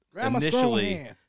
initially